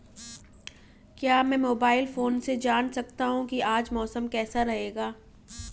क्या मैं mobile phone से जान सकता हूँ कि आज मौसम कैसा रहेगा?